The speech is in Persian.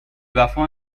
وفا